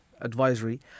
advisory